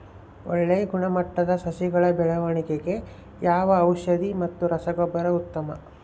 ಒಳ್ಳೆ ಗುಣಮಟ್ಟದ ಸಸಿಗಳ ಬೆಳವಣೆಗೆಗೆ ಯಾವ ಔಷಧಿ ಮತ್ತು ರಸಗೊಬ್ಬರ ಉತ್ತಮ?